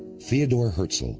theodor herzl,